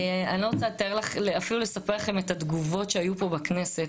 אני לא רוצה אפילו לספר לכם את התגובות שהיו פה בכנסת,